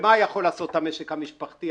ומה יכול לעשות המשק המשפחתי?